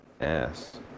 Ass